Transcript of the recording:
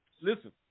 Listen